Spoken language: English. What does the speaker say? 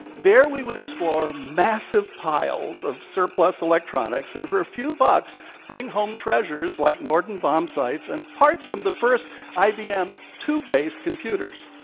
there we would explore massive piles of surplus electronics, and for a few bucks bring home treasures like norden bombsights and parts from the first ibm tube-based computers.